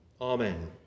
Amen